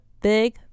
big